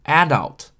adult